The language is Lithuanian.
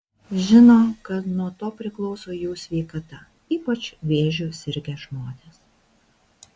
žino kad nuo to priklauso jų sveikata ypač vėžiu sirgę žmonės